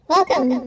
Welcome